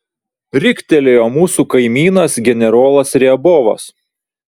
riktelėjo mūsų kaimynas generolas riabovas